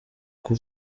uko